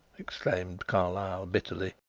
exclaimed carlyle bitterly,